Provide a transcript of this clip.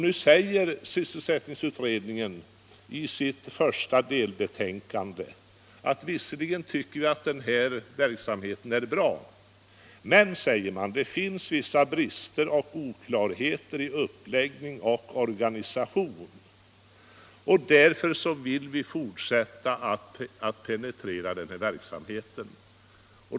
Nu säger sysselsättningsutredningen i sitt första delbetänkande att visserligen tycker man att den här verksamheten är bra, men det finns vissa brister och oklarheter i uppläggning och organisation, och därför vill man fortsätta med att penetrera denna verksamhet.